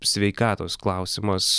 sveikatos klausimas